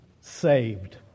saved